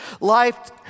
Life